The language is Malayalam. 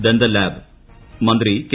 ദന്തൽ ലാബ് മന്ത്രി കെ